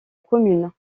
commune